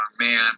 man